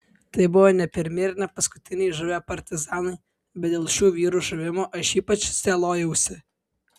tai buvo ne pirmi ir ne paskutiniai žuvę partizanai bet dėl šių vyrų žuvimo aš ypač sielojausi